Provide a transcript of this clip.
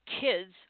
kids